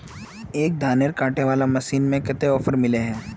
एक धानेर कांटे वाला मशीन में कते ऑफर मिले है?